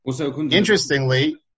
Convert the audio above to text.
Interestingly